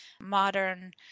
modern